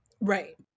Right